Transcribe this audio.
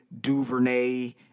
Duvernay